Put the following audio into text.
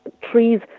trees